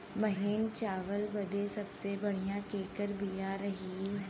महीन चावल बदे सबसे बढ़िया केकर बिया रही?